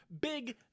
big